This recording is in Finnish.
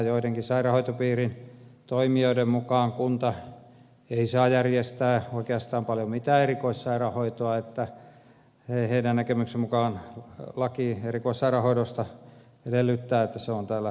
joidenkin sairaanhoitopiirin toimijoiden mukaan kunta ei saa järjestää oikeastaan paljon mitään erikoissairaanhoitoa heidän näkemyksensä mukaan laki erikoissairaanhoidosta edellyttää että se on tällä sairaanhoitopiirillä